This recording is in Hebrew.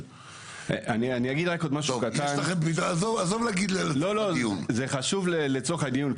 אני אגיד עוד משהו קטן שהוא חשוב לצורך הדיון.